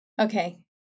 Okay